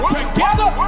together